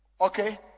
okay